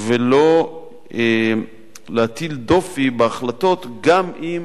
ולא להטיל דופי בהחלטות, גם אם